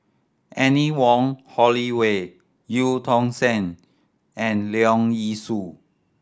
Anne Wong Holloway Eu Tong Sen and Leong Yee Soo